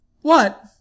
What